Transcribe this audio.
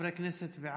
התשפ"ב 2021,